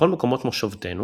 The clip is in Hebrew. בכל מקומות מושבותינו